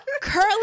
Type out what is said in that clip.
curly